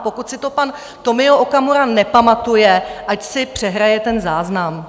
Pokud si to pan Tomio Okamura nepamatuje, ať si přehraje ten záznam.